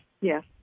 Yes